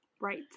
Right